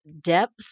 depth